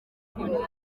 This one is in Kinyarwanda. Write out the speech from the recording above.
munsi